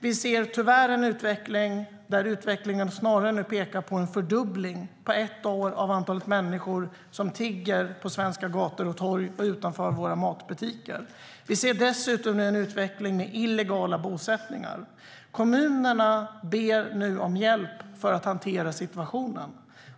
Vi ser tyvärr en utveckling där tecknen snarare pekar på en fördubbling av antalet människor som tigger på svenska gator och torg och utanför våra matbutiker på ett år. Vi ser dessutom en utveckling med illegala bosättningar. Kommunerna ber nu om hjälp för att hantera situationen.